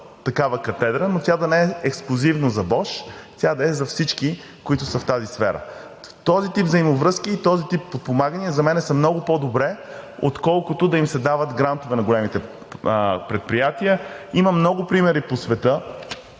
такава катедра, но тя да не е ексклузивно за Bosch. Тя да е за всички, които са в тази сфера. Този тип взаимовръзки и този тип подпомагания за мен са много по-добре, отколкото да се дават грантове на големите предприятия. Има много примери по света.